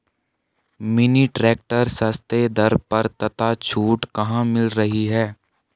Mini tractor सस्ते दर पर तथा छूट कहाँ मिल रही है?